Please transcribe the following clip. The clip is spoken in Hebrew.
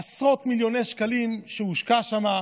עשרות מיליוני שקלים הושקעו שם,